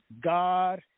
God